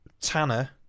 Tanner